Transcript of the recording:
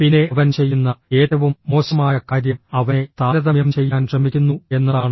പിന്നെ അവൻ ചെയ്യുന്ന ഏറ്റവും മോശമായ കാര്യം അവനെ താരതമ്യം ചെയ്യാൻ ശ്രമിക്കുന്നു എന്നതാണ്